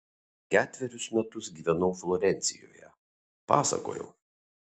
ketverius metus gyvenau florencijoje pasakojau